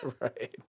Right